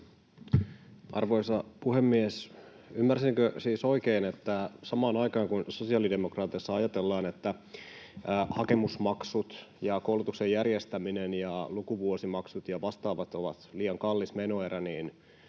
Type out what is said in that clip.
Arvoisa puhemies! Ymmärsinkö siis oikein, että samaan aikaan kun sosiaalidemokraateissa ajatellaan, että hakemusmaksut ja koulutuksen järjestäminen ja lukuvuosimaksut ja vastaavat ovat liian kallis menoerä,